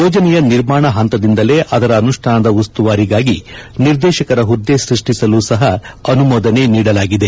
ಯೋಜನೆಯ ನಿರ್ಮಾಣ ಹಂತದಿಂದಲೇ ಅದರ ಅನುಷ್ಠಾನದ ಉಸ್ತುವಾರಿಗಾಗಿ ನಿರ್ದೇಶಕರ ಹುದ್ದೆ ಸ್ಬಷ್ಟಿಸಲು ಸಹ ಅನುಮೋದನೆ ನೀಡಲಾಗಿದೆ